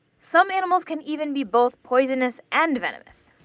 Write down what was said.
some animals can even be both poisonous and venomous.